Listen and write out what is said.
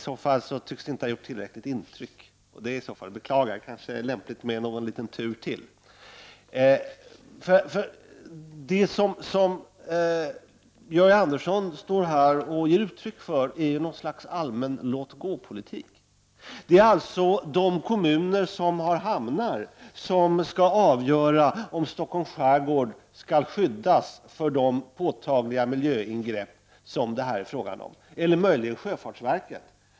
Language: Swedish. Den tycks i så fall inte ha gjort ett tillräckligt intryck, vilket är att beklaga. Det kanske är lämpligt med någon liten tur till. Det som Georg Andersson står här och ger uttryck för är någon sorts allmän låt-gå-politik. Det är alltså de kommuner som har hamnar som skall avgöra om Stockholms skärgård skall skyddas från de påtagliga miljöingrepp som det här är fråga om — eller möjligen sjöfartsverket.